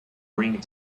bring